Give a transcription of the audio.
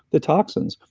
the toxins.